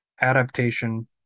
adaptation